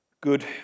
good